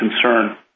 concern